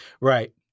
Right